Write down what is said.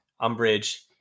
Umbridge